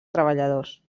treballadors